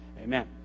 amen